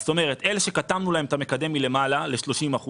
אלה שקטמנו להם את המקדם מלמעלה ל-30%,